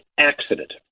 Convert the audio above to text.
accident